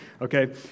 okay